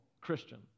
Christian